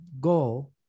goal